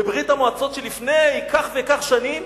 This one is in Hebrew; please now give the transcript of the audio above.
בברית-המועצות של לפני כך וכך שנים,